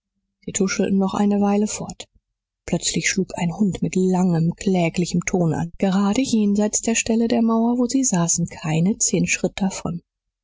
sie tuschelten noch ne weile fort plötzlich schlug ein hund mit langem kläglichem ton an gerade jenseits der stelle der mauer wo sie saßen keine zehn schritt davon